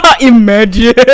Imagine